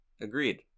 Agreed